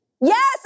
Yes